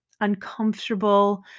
uncomfortable